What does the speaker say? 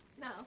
No